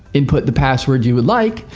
input the password you would like.